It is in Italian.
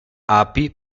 api